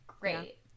Great